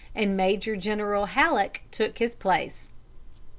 and major-general halleck took his place.